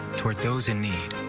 toward those in need.